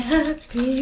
Happy